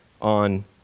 on